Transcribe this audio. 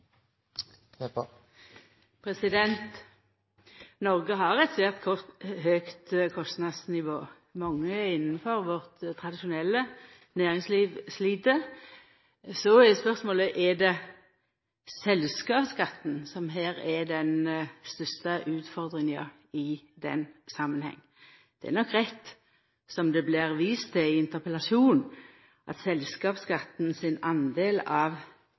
Noreg har eit svært høgt kostnadsnivå, mange innanfor vårt tradisjonelle næringsliv slit. Så er spørsmålet: Er det selskapsskatten som er den største utfordringa i denne samanhengen? Det er nok rett, som det vart vist til i interpellasjonen, at selskapsskatten sin del av